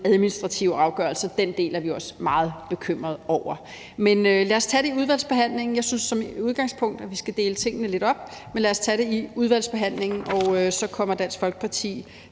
administrative afgørelser, er vi også meget bekymret over. Men lad os tage det i udvalgsbehandlingen. Jeg synes som udgangspunkt, at vi skal dele tingene lidt op, men lad os tage det i udvalgsbehandlingen, og så kommer Dansk Folkeparti